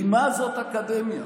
כי מה זאת אקדמיה?